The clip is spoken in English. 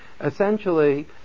essentially